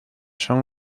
son